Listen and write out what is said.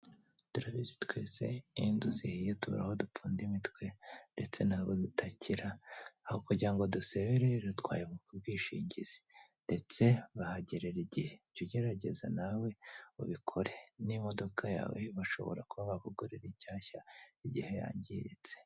Turabizi twese iyo inzu zihiye tubura aho dupfude imitwe ndetse n'abo dutakira. Aho kugira ngo dusebe rero twayoboka ubwishingizi, ndetse bahagerera igihe. Jya ugerageza nawe ubikore. N'imodoka yawe bashobora kuba bakugurira ishyashya igihe yangiritse.